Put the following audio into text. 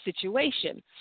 situation